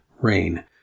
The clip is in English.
rain